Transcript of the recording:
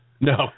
No